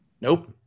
Nope